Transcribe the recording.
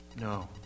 No